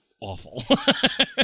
awful